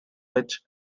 which